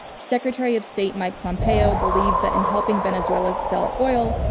secretary of state mike pompeo believes that in helping venezuela sell oil,